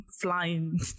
Flying